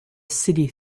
city